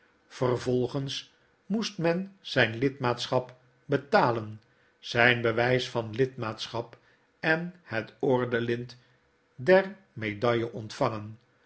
vervolgens moest men zyn lidmaatschap betalen zyn bewysvan lidmaatschap en het ordelint der medaille ontvangen